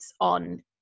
on